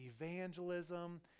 evangelism